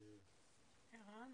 בודדים,